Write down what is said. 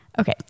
Okay